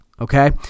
Okay